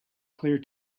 clear